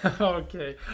Okay